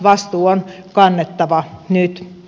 vastuu on kannettava nyt